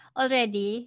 already